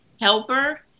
helper